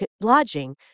lodging